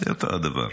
זה אותו הדבר.